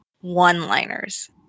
one-liners